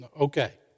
okay